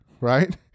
right